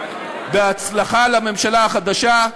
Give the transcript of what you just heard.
בהצלחה לממשלה החדשה,